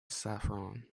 saffron